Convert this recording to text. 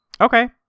Okay